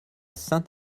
saint